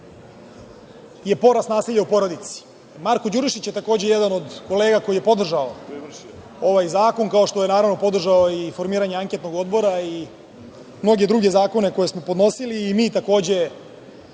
je porast nasilja u porodici. Marko Đurišić je takođe jedan od kolega koji je podržao ovaj zakon, kao što je naravno podržao i formiranje anketnog odbora i mnoge druge zakone koje smo podnosili i mi takođe